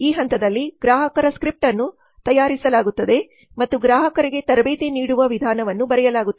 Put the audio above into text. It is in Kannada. ಈ ಹಂತದಲ್ಲಿ ಗ್ರಾಹಕರ ಸ್ಕ್ರಿಪ್ಟ್ ಯನ್ನು ತಯಾರಿಸಲಾಗುತ್ತದೆ ಮತ್ತು ಗ್ರಾಹಕರಿಗೆ ತರಬೇತಿ ನೀಡುವ ವಿಧಾನವನ್ನು ಬರೆಯಲಾಗುತ್ತದೆ